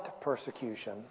persecution